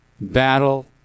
Battle